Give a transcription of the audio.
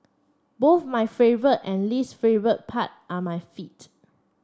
both my favourite and least favourite part are my feet